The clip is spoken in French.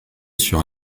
sur